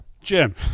Jim